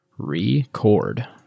Record